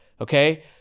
okay